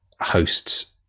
hosts